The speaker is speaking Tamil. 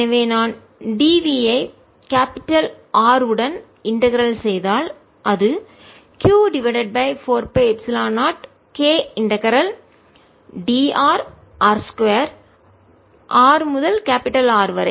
எனவே நான் dv யை கேபிடல் பெரிய R உடன் இன்டகரல் ஒருங்கிணைப்பது செய்தால் அது q divided by 4 pi epsilon 0 k integral dr r 2 r முதல் கேபிடல் பெரிய R வரை